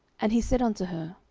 and he said unto her,